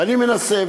ואני מנסה,